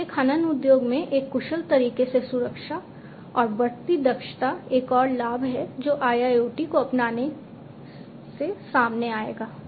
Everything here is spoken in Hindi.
इसलिए खनन उद्योग में एक कुशल तरीके से सुरक्षा और बढ़ती दक्षता एक और लाभ है जो IIoT को अपनाने से सामने आएगा